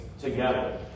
together